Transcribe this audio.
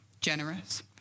generous